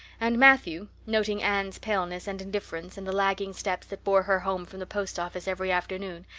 and matthew, noting anne's paleness and indifference and the lagging steps that bore her home from the post office every afternoon,